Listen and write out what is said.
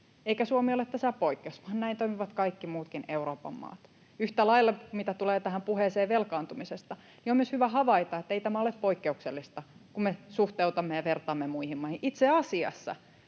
Eikä Suomi ole tässä poikkeus, vaan näin toimivat kaikki muutkin Euroopan maat. Yhtä lailla, mitä tulee tähän puheeseen velkaantumisesta, on myös hyvä havaita, ettei tämä ole poikkeuksellista, kun me suhteutamme ja vertaamme muihin maihin. Itse asiassa